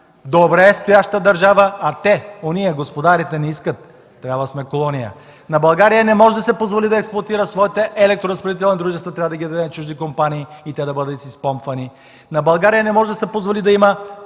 добре стояща държава, а те, ония – господарите, не искат, трябва да сме колония! На България не може да се позволи да експлоатира своите електроразпределителни дружества, трябва да ги даде на чужди компании и те да бъдат изпомпвани. На България не може да се позволи да има